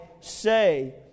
say